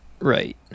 Right